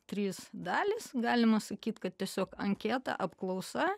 trys dalys galima sakyt kad tiesiog anketa apklausa